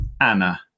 Anna